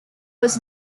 was